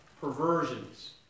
perversions